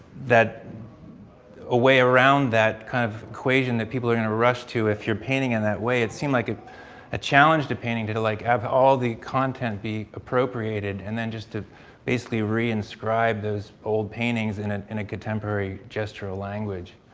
that a way around that kind of equation that people are gonna rush to, if you're painting in that way, it seemed like it a challenge to painting to to like of all the content be appropriated and then just to basically reinscribe those old paintings in and in a contemporary gestural language,